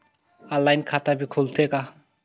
Online खाता भी खुलथे का?